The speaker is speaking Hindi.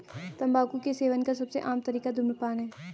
तम्बाकू के सेवन का सबसे आम तरीका धूम्रपान है